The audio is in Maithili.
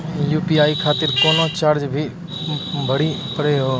यु.पी.आई खातिर कोनो चार्ज भी भरी पड़ी हो?